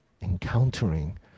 encountering